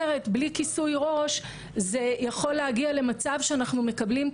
על ידי קרובי משפחה, או האבא, שיחות מאוד קשות.